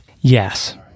Yes